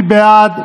מי בעד?